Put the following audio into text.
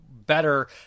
better